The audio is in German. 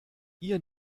ihr